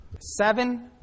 seven